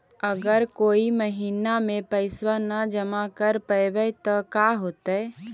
अगर कोई महिना मे पैसबा न जमा कर पईबै त का होतै?